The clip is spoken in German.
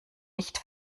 nicht